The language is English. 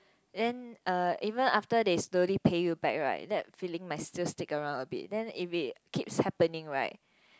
then uh even after they slowly pay you back right that feeling might still stick around a bit then if it keeps happening right